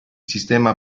sistema